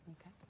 Okay